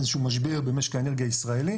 איזה שהוא משבר במשק האנרגיה ה ישראלי